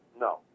no